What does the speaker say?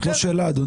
זאת לא שאלה אדוני.